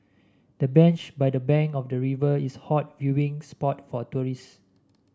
the bench by the bank of the river is a hot viewing spot for tourists